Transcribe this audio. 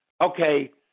okay